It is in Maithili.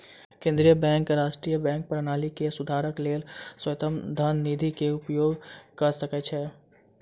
केंद्रीय बैंक राष्ट्रीय बैंक प्रणाली के सुधारक लेल स्वायत्त धन निधि के उपयोग कय सकै छै